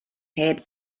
heb